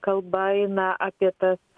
kalba eina apie tas